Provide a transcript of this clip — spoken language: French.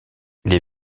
les